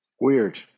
Weird